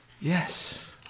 Yes